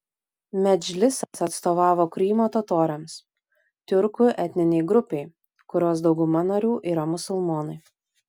medžlisas atstovavo krymo totoriams tiurkų etninei grupei kurios dauguma narių yra musulmonai